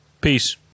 Peace